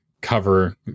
cover